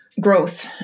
Growth